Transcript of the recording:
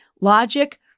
Logic